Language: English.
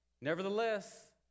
Nevertheless